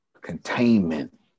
containment